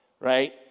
right